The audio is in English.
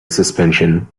suspension